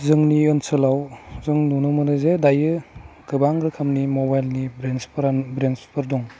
जोंनि ओनसोलाव जों नुनो मोनो जे दायो गोबां रोखोमनि मबाइलनि ब्रेन्डसफोरा ब्रेन्डसफोर दं